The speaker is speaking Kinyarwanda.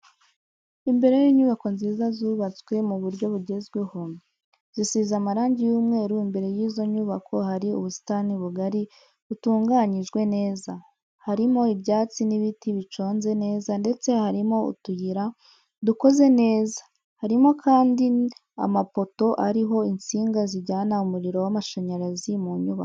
Imbere y'inyubako nziza zubatswe mu buryo bugezweho zisize amarangi y'umweru imbere y'izo nyubako hari ubusitani bugari butunganyijwe neza, harimo ibyatsi n'ibiti biconze neza ndetse harimo utuyira dukoze neza, harimokandi amapoto ariho insinga zijyana umuriro w'amashanyarazi mu nyubako.